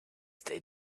they